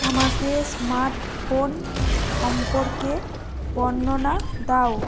আমাকে স্মাটফোন সম্পর্কে বর্ণনা দাও